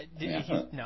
No